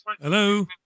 Hello